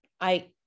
I-